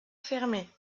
fermée